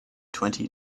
twenty